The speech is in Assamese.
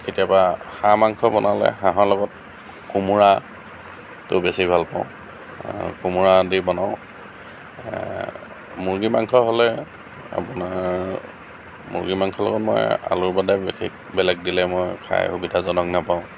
কেতিয়াবা হাঁহ মাংস বনালে হাঁহৰ লগত কোমোৰাটো বেছি ভাল পাওঁ কোমোৰা দি বনাওঁ মুৰ্গী মাংস হ'লে আপোনাৰ মুৰ্গী মাংসৰ লগত মই আলু বাদে বিশেষ বেলেগ দিলে মই খাই সুবিধাজনক নাপাওঁ